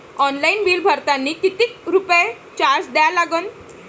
Online bill भरतानी कितीक रुपये चार्ज द्या लागन?